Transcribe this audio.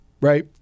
right